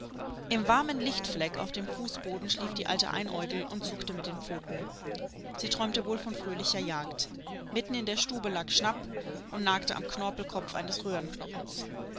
im warmen lichtfleck auf dem fußboden schlief die alte einäugel und zuckte mit den pfoten sie träumte wohl von fröhlicher jagd mitten in der stube lag schnapp und nagte am knorpelkopf eines